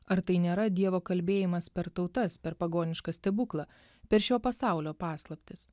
ar tai nėra dievo kalbėjimas per tautas per pagonišką stebuklą per šio pasaulio paslaptis